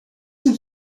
sont